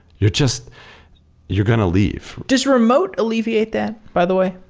you're just you're going to leave does remote alleviate that, by the way?